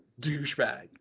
douchebag